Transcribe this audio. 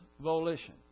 volition